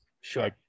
Sure